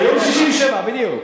היום 67, בדיוק.